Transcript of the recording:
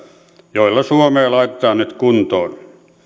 joilla suomea laitetaan nyt kuntoon